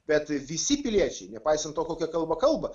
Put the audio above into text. bet visi piliečiai nepaisant to kokia kalba kalba